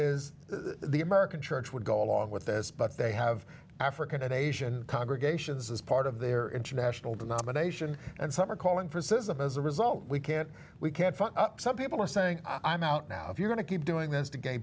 is the american church would go along with this but they have african and asian congregations as part of their international denomination and some are calling for system as a result we can't we can't front up some people are saying i'm out now if you're going to keep doing this to gay